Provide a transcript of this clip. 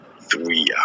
three